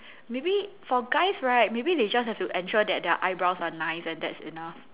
maybe for guys right maybe they just have to ensure that their eyebrows are nice and that's enough